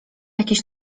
jakieś